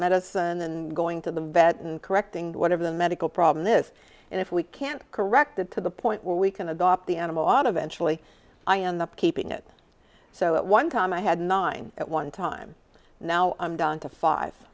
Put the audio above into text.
medicine and going to the vet and correcting whatever the medical problem is and if we can't corrected to the point where we can adopt the animal out of in chile i end up keeping it so at one time i had nine at one time now i'm down to five